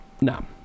No